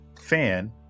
fan